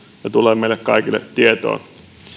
ja tulee meille kaikille tietoon